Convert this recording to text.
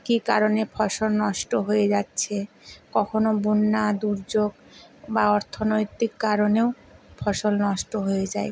কী কারণে ফসল নষ্ট হয়ে যাচ্ছে কখনো বন্যা দুর্যোগ বা অর্থনৈতিক কারণেও ফসল নষ্ট হয়ে যায়